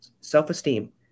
self-esteem